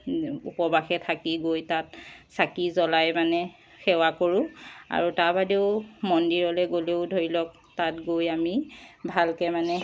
উপবাসে থাকি গৈ তাত চাকি জ্বলাই মানে সেৱা কৰোঁ আৰু তাৰ বাদেও মন্দিৰলৈ গ'লেও ধৰি লওক তাত গৈ আমি ভালকৈ মানে